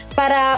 para